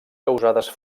causades